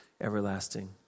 everlasting